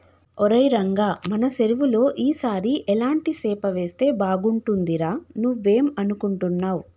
ఒరై రంగ మన సెరువులో ఈ సారి ఎలాంటి సేప వేస్తే బాగుంటుందిరా నువ్వేం అనుకుంటున్నావ్